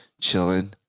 chilling